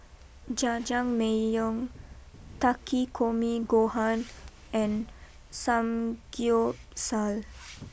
Jajangmyeon Takikomi Gohan and Samgyeopsal